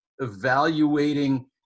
Evaluating